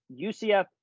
UCF